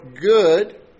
good